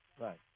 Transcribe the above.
Right